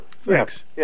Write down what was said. Thanks